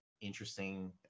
interesting